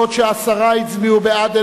בעוד שעשרה הצביעו בעד,